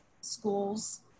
schools